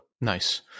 Nice